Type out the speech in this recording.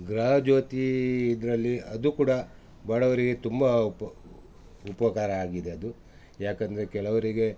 ಗೃಹಜೋತಿ ಇದರಲ್ಲಿ ಅದೂ ಕೂಡ ಬಡವರಿಗೆ ತುಂಬ ಉಪ ಉಪಕಾರ ಆಗಿದೆ ಅದು ಏಕಂದ್ರೆ ಕೆಲವರಿಗೆ